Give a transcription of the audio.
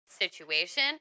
situation